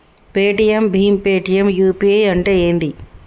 Paytm భీమ్ Paytm UPI అంటే ఏంది?